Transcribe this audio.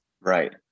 Right